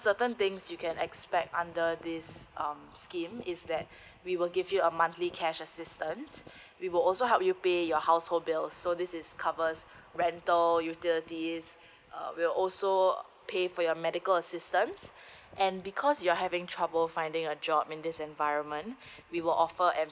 certain things you can expect under this um scheme is that we will give you a monthly cash assistance we will also help you pay your household bill so this is covers rental utilities uh we'll also so uh pay for your medical assistants and because you're having trouble finding a job in this environment we will offer